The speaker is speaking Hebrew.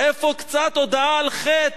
איפה קצת הודאה על חטא,